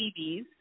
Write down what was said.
TVs